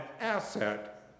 asset